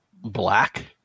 black